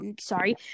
Sorry